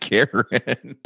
Karen